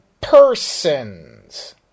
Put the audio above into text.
persons